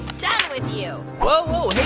done with you whoa, whoa.